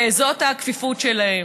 וזאת הכפיפות שלהם,